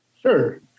Sure